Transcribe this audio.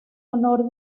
honor